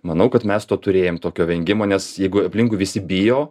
manau kad mes to turėjom tokio vengimo nes jeigu aplinkui visi bijo